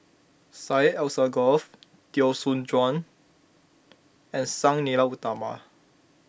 Syed Alsagoff Teo Soon Chuan and Sang Nila Utama